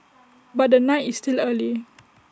but the night is still early